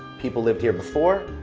people lived here before.